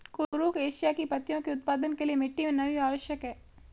कुरुख एशिया की पत्तियों के उत्पादन के लिए मिट्टी मे नमी आवश्यक है